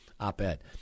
Op-ed